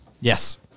yes